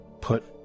put